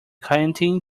canteen